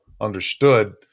understood